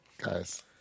Guys